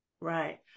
Right